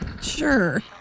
Sure